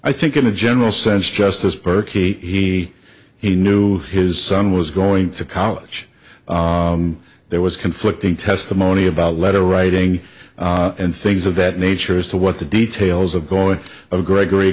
i think in a general sense just as perky he he knew his son was going to college and there was conflicting testimony about letter writing and things of that nature as to what the details of going gregory